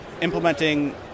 implementing